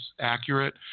accurate